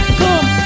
come